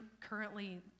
currently